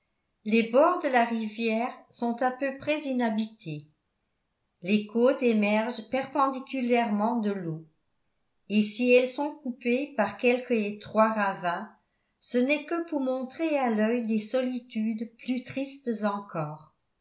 les bords de la rivière sont à peu près inhabités les côtes émergent perpendiculairement de l'eau et si elles sont coupées par quelque étroit ravin ce n'est que pour montrer à l'œil des solitudes plus tristes encore